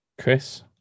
Chris